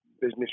business